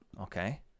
Okay